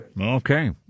Okay